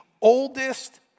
oldest